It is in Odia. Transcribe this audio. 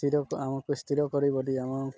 ସ୍ଥିର ଆମକୁ ସ୍ଥିର କରିବ ବୋଲି ଆମ